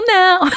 now